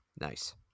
Nice